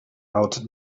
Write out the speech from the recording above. out